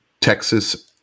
Texas